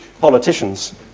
politicians